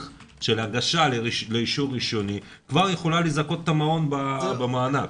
של הגשה לאישור ראשוני כבר יכולה לזכות את המעון במענק.